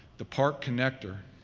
the park connector,